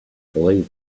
believe